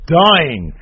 dying